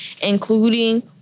including